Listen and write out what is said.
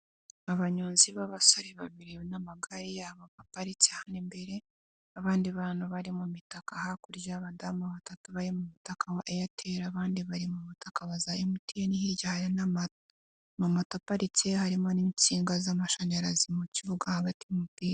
Abanyonzi b'abasore babiri n'amagare yabo, baparitse imbere, n' abandidi bantu bari mu mitaka hakurya y'abadamu batatu bari mu mutaka wa airtel, abandi bari mu mitaka ya MTN, hirya y'aho pbaparitse hari insinga z'amashanyarazi mu kibuga hagati.